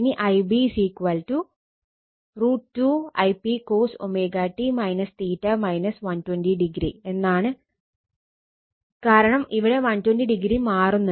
ഇനി Ib √ 2 Ip cos എന്നാണ് കാരണം ഇവിടെ 120o മാറുന്നുണ്ട്